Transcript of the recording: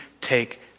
take